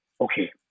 okay